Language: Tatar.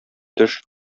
төш